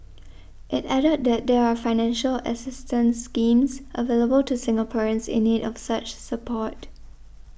it added that there are financial assistance schemes available to Singaporeans in need of such support